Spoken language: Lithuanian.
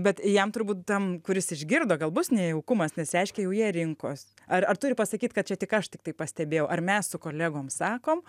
bet jam turbūt tam kuris išgirdo gal bus nejaukumas nes reiškia jau jie rinkos ar ar turi pasakyt kad čia tik aš tikrai pastebėjau ar mes su kolegom sakom